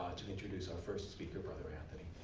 to introduce our first speaker, brother anthony.